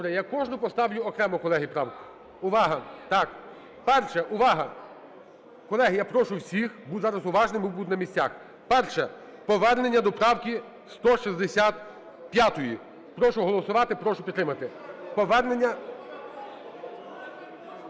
Добре, я кожну поставлю окремо, колеги, правку. Увага! Так, перше. Увага! Колеги, я прошу всіх бути зараз уважними і бути на місцях. Перше – повернення до правки 165. Прошу голосувати, прошу підтримати. Повернення…